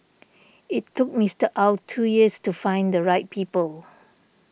it took Mister Ow two years to find the right people